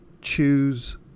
choose